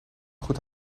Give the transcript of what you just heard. goed